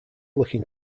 looking